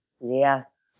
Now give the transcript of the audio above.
Yes